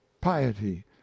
piety